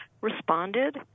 responded